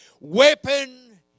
weapon